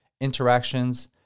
interactions